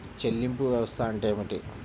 చెల్లింపు వ్యవస్థ అంటే ఏమిటి?